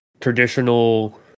traditional